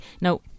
No